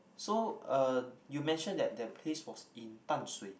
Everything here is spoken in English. so uh you mentioned that that place was in Dan-Shui